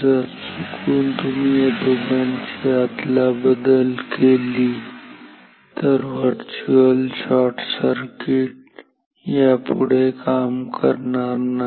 जर चुकून तुम्ही या दोघांची आदलाबदली केली आली तर व्हर्चुअल शॉर्टसर्किट यापुढे काम करणार नाही